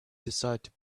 decided